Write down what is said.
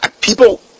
people